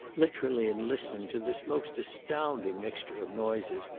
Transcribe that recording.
literally in listening to this most astounding mixture of noises,